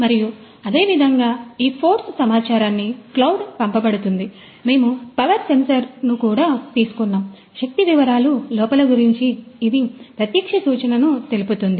మరియు అదేవిధంగా ఈ ఫోర్స్ సమాచారాన్ని క్లౌడ్కు పంపబడుతుంది మేము పవర్ సెన్సార్ను కూడా తీసుకున్నాం శక్తి వివరాలు లోపాల గురించి ఇది ఇదిప్రత్యక్ష సూచనను తెలుపుతుంది